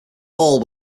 all